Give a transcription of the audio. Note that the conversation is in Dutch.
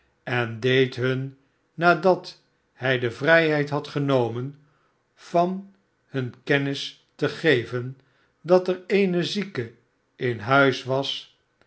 en deed hun nadat hij de vrijheid had genomen van hun kennis te geven dat er eene zieke in huis was